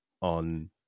on